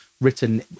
written